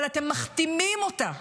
אבל אתם מכתימים אותה.